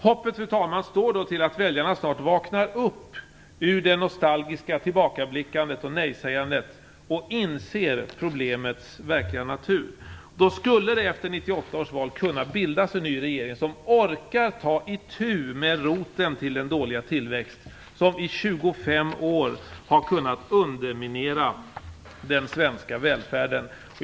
Hoppet, fru talman, står till att väljarna snart vaknar upp ur det nostalgiska tillbakablickandet och nejsägandet och inser problemets verkliga natur. Då skulle det efter 1998 års val kunna bildas en ny regering som orkar ta itu med roten till den dåliga tillväxt som i 25 år har kunnat underminera den svenska välfärden.